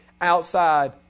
outside